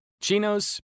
chinos